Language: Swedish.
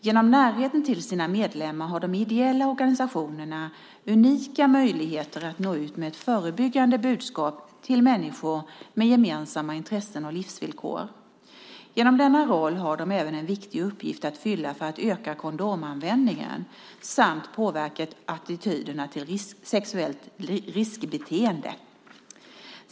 Genom närheten till sina medlemmar har de ideella organisationerna unika möjligheter att nå ut med ett förebyggande budskap till människor med gemensamma intressen och livsvillkor. Genom denna roll har de även en viktig uppgift att fylla för att öka kondomanvändningen samt påverka attityderna till sexuellt riskbeteende.